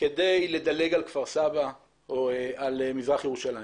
כדי לדלג על כפר סבא או על מזרח ירושלים,